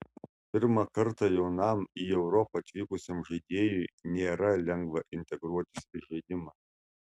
pirmą kartą jaunam į europą atvykusiam žaidėjui nėra lengva integruotis į žaidimą